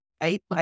Right